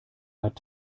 hat